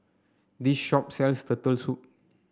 this shop sells Turtle Soup